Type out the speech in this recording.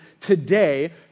today